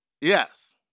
yes